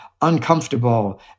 uncomfortable